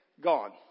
gone